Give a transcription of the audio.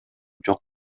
жок